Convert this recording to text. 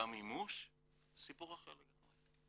במימוש זה סיפור אחר לגמרי.